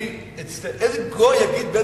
איזה גוי יגיד,